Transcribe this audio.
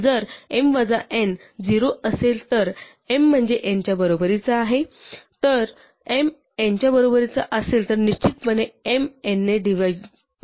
जर m वजा n 0 असेल तर m म्हणजे n च्या बरोबरीचा असेल जर m n च्या बरोबरीचा असेल तर निश्चितपणे m n ने विभाजित होईल